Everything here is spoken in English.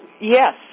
yes